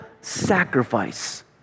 sacrifice